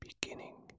beginning